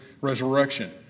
resurrection